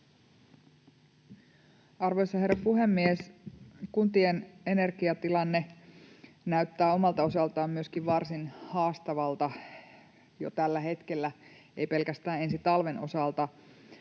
Arvoisa herra puhemies! Kuntien energiatilanne näyttää omalta osaltaan myöskin varsin haastavalta jo tällä hetkellä, ei pelkästään ensi talven osalta.